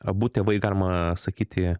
abu tėvai galima sakyti